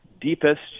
deepest